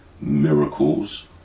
miracles